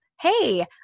Hey